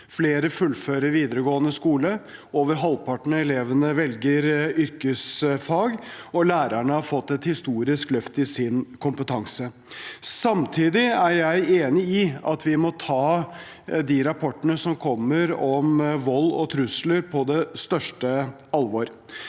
Flere fullfører videregående skole, over halvparten av elevene velger yrkesfag, og lærerne har fått et historisk løft i sin kompetanse. Samtidig er jeg enig i at vi må ta de rapportene som kommer om vold og trusler, på det største alvor.